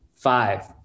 five